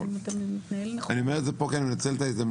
אני אומר את זה פה כי אני מנצל את הזדמנות,